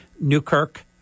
newkirk